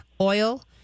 oil